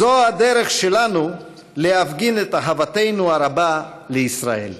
זו הדרך שלנו להפגין את אהבתנו הרבה לישראל.